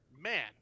man